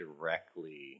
directly